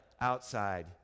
outside